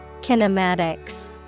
Kinematics